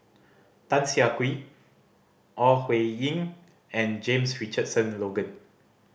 Tan Siah Kwee Ore Huiying and James Richardson Logan